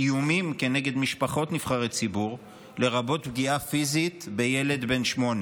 איומים על משפחות נבחרי ציבור לרבות פגיעה פיזית בילד בן שמונה,